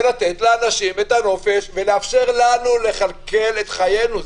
ולתת לאנשים את הנופש ולאפשר לנו לכלכל את חיינו?